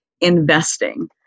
investing